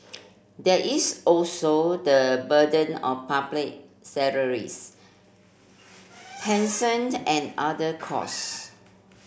there is also the burden of public salaries pensioned and other cost